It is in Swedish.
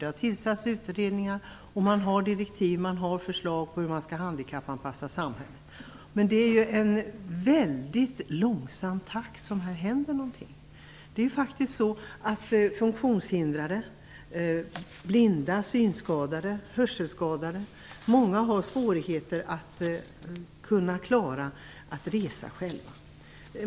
Det har tillsatts utredningar, och man har direktiv och förslag till hur samhället skall handikappanpassas, men det som händer går väldigt långsamt. Många funktionshindrade, blinda, synskadade och hörselskadade har svårigheter att resa själva.